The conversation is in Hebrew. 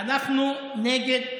אנחנו נגד,